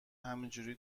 همینجوری